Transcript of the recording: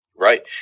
Right